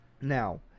Now